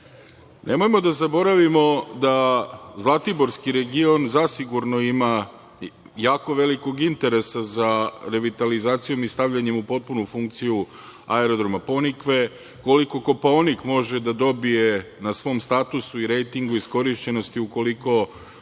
oblasti. Nemojmo da zaboravimo da Zlatiborski region, zasigurno ima jako velikog interesa za revitalizacijom i stavljanjem u potpunu funkciju Aerodroma „Ponikve“, koliko Kopaonik može da dobije na svom statusu i rejtingu iskorišćenosti ukoliko bude